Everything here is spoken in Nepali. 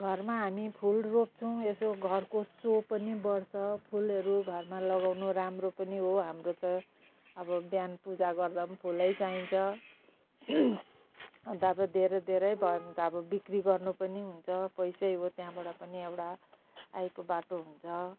घरमा हामी फुल रोप्छौँ यसो घरको सो पनि बढ्छ फुलहरू घरमा लगाउनु राम्रो पनि हो हाम्रो त अब बिहान पूजा गर्दा फुलै चाहिन्छ अन्त अब धेरै धेरै भयो भने त अब बिक्री गर्नु पनि हुन्छ पैसै हो त्यहाँबाट पनि एउटा आयको बाटो हुन्छ